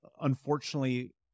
unfortunately